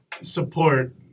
support